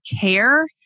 care